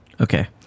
Okay